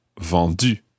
vendu